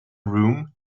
room